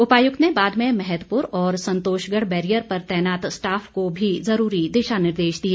उपायुक्त ने बाद में मैहतपुर और संतोषगढ़ बैरियर पर तैनात स्टाफ को भी ज़रूरी दिशा निर्देश दिए